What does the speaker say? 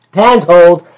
handhold